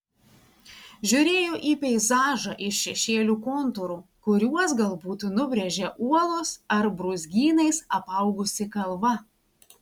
žiūrėjo į peizažą iš šešėlių kontūrų kuriuos galbūt nubrėžė uolos ar brūzgynais apaugusi kalva